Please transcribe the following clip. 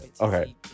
Okay